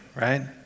right